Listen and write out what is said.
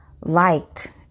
liked